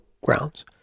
grounds